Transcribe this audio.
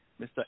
Mr